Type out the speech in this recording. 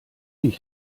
ich